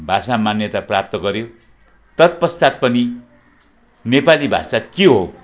भाषा मान्यता प्राप्त गर्यो तत्पश्चात पनि नेपाली भाषा के हो